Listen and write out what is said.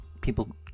people